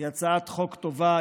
היא הצעת חוק טובה.